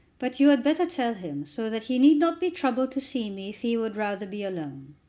but you had better tell him, so that he need not be troubled to see me if he would rather be alone.